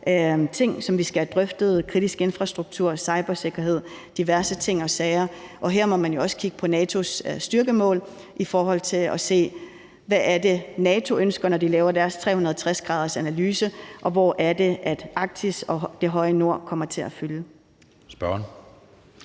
ting, som vi skal have drøftet: kritisk infrastruktur, cybersikkerhed og diverse andre ting og sager. Her må man jo også kigge på NATO's styrkemål i forhold til at se, hvad det er, NATO ønsker, når de laver deres 360 graders analyse, og hvor det er, Arktis og det høje nord kommer til at fylde. Kl.